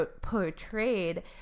portrayed